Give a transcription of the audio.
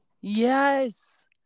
Yes